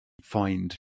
find